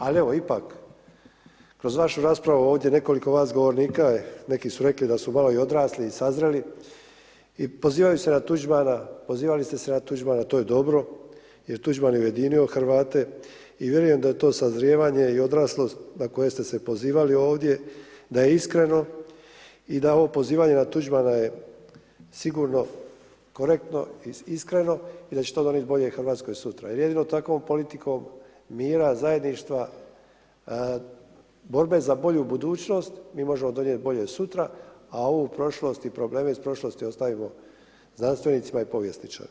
Ali, evo ipak, kroz vašu raspravu ovdje, nekoliko vas govornika je, neki su rekli da su malo odrasli i sazreli, i pozivaju se na Tuđmana, pozivali ste se na Tuđmana, to je dobro, jer Tuđman je ujedinio Hrvate, i vjerujem da je to sazrijevanje i odraslost na koje ste se pozivali ovdje, da je iskreno i da ovo pozivanje na Tuđmana je sigurno korektno i iskreno i da će to donijeti bolje Hrvatskoj sutra jer jedino takvom politikom mira, zajedništva, borbe za bolju budućnost, mi možemo donijeti bolje sutra, a ovu prošlost i probleme iz prošlosti ostavimo znanstvenicima i povjesničarima.